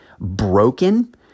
broken